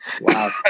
Wow